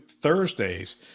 Thursdays